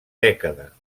dècada